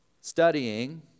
studying